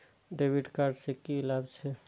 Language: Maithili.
डेविट कार्ड से की लाभ छै?